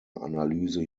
analyse